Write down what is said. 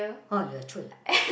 !aiya! !choy! ah